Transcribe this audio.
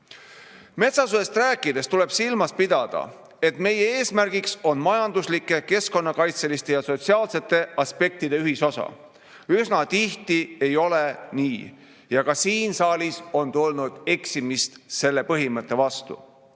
Metsasusest rääkides tuleb silmas pidada, et meie eesmärgiks on majanduslike, keskkonnakaitseliste ja sotsiaalsete aspektide ühisosa. Üsna tihti ei ole nii. Ja ka siin saalis on tulnud eksimist selle põhimõtte vastu. Aga